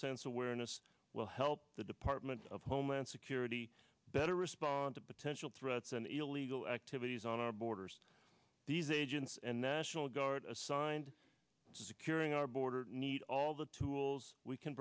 sense awareness will help the department of homeland security better respond to potential threats and illegal activities on our borders these agents and national guard assigned to securing our border need all the tools we can